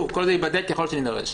כל זה ייבדק ככל שנידרש.